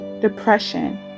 Depression